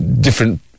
different